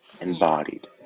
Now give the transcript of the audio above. embodied